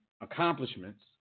accomplishments